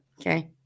Okay